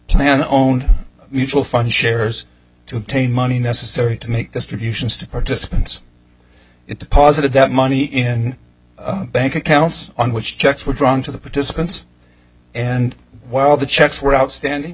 plan own mutual fund shares to obtain money necessary to make distributions to participants it deposited that money in the bank accounts on which checks were drawn to the participants and while the checks were outstanding